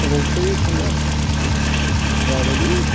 गोबावसै थांनाया बाब जाबायलै